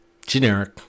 Generic